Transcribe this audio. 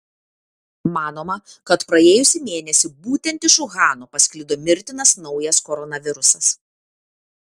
manoma kad praėjusį mėnesį būtent iš uhano pasklido mirtinas naujas koronavirusas